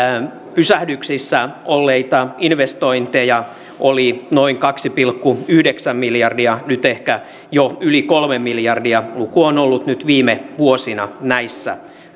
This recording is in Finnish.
pysähdyksissä olleita investointeja oli noin kaksi pilkku yhdeksän miljardia nyt ehkä jo yli kolme miljardia luku on ollut nyt viime vuosina näissä